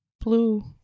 blue